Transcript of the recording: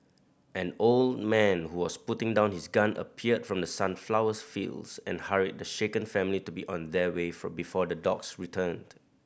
an old man who was putting down his gun appeared from the sunflowers fields and hurried the shaken family to be on their way for before the dogs returned